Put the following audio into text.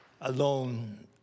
alone